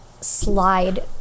slide